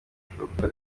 ashobora